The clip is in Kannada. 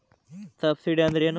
ಸಬ್ಸಿಡಿ ಅಂದ್ರೆ ಏನು?